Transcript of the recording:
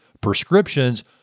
prescriptions